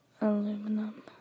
Aluminum